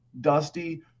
dusty